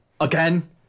again